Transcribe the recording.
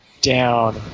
Down